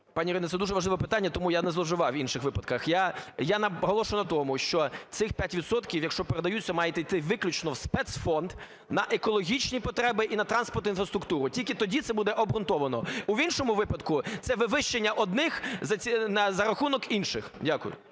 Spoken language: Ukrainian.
Пані Ірина, це дуже важливе питання, тому... Я не зловживав в інших випадках. Я наголошую на тому, що цих 5 відсотків, якщо передаються, мають іти виключно в спецфонд на екологічні потреби і на транспортну інфраструктуру, тільки тоді це буде обґрунтовано. У іншому випадку – це вивищення одних за рахунок інших. Дякую.